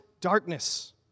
darkness